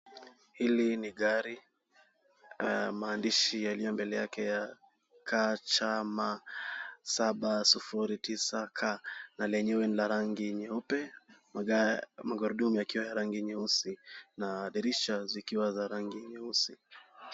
Hili ni gari. Maandishi yaliyo mbele yake ya KCM 709C na lenyewe ni la rangi nyeupe. Magurudmu yakiwa ya rangi nyeusi na dirisha zikiwa za rangi nyeusi.